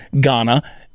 ghana